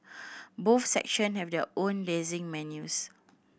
both section have their own dazzling menus